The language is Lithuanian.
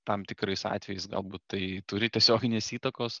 tam tikrais atvejais galbūt tai turi tiesioginės įtakos